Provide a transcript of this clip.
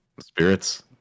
spirits